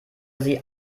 sie